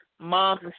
moms